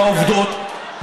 או העובדות,